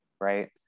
right